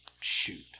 Shoot